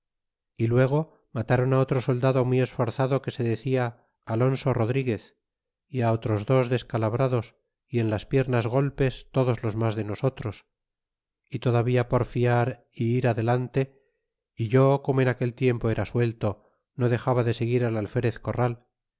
y luego matáron otro soldado muy esforzado que se decía alonso rodriguez y otros dos descalabrados y en las piernas golpes todos los mas de nosotros y todavía porfiar y ir adelante e yo como en aquel tiempo era suelto no dexaba de seguir al alferez corral